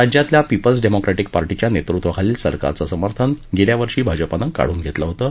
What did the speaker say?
राज्यातल्या People's Democratic पार्टीच्या नेतृत्वाखालील सरकारचं समर्थन गेल्या वर्षी भाजपानं काढून घेतलं होतं